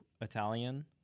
Italian